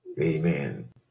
Amen